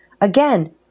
Again